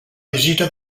visita